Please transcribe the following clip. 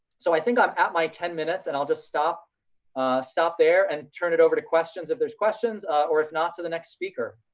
so i think i'm at my ten minutes and i'll just stop ah stop there and turn it over to questions if there's questions or if not to the next speaker.